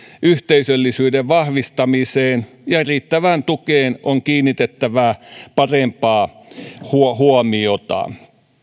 yhteisöllisyyden vahvistamiseen ja riittävään tukeen on kiinnitettävä parempaa huomiota